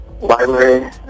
Library